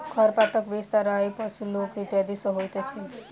खरपातक विस्तार वायु, पशु, लोक इत्यादि सॅ होइत अछि